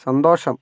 സന്തോഷം